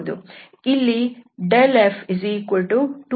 ಇಲ್ಲಿ f2yj2zk